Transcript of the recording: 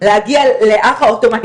להגיע לאוטומטי.